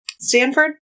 Stanford